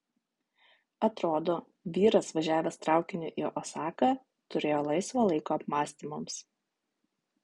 atrodo vyras važiavęs traukiniu į osaką turėjo laisvo laiko apmąstymams